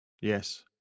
yes